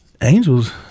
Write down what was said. Angels